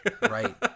right